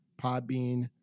Podbean